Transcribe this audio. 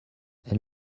elle